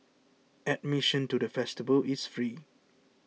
admission to the festival is free